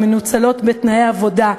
הן מנוצלות בתנאי עבודה,